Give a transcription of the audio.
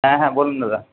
হ্যাঁ হ্যাঁ বলুন দাদা